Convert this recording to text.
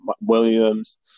Williams